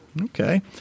Okay